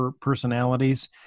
personalities